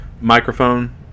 microphone